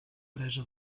empresa